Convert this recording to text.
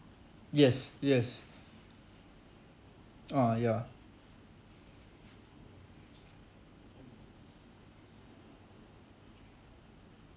yes yes ah yeah